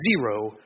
zero